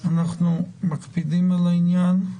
אנחנו מקפידים על העניין הזה,